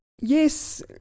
Yes